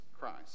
Christ